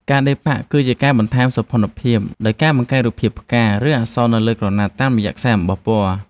ការដេរប៉ាក់ គឺជាការបន្ថែមសោភ័ណភាពដោយការបង្កើតរូបភាព ផ្កា ឬអក្សរនៅលើក្រណាត់តាមរយៈខ្សែអំបោះពណ៌។